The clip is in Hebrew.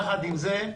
יחד עם זה,